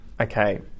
okay